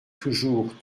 toujours